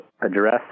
address